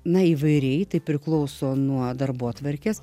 na įvairiai tai priklauso nuo darbotvarkės